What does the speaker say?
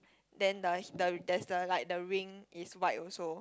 then the the there's the like the ring is white also